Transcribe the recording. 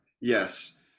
Yes